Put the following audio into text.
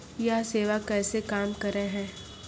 यह सेवा कैसे काम करै है?